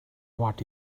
what